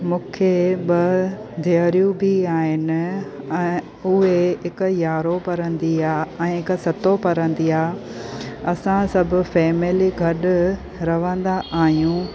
मूंखे ॿ धीअरूं बि आहिनि ऐं उहे हिकु यारहों पढ़ंदी आहे ऐं हिकु सतों पढ़ंदी आहे असां सभु फैमिली गॾु रहंदा आहियूं